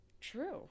true